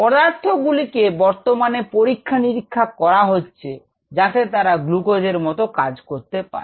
পদার্থ গুলিকে বর্তমানে পরীক্ষা নিরীক্ষা করা হচ্ছে যাতে তারা গ্লুকোজের মতো কাজ করতে পারে